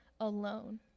alone